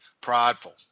prideful